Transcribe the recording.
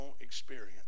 experience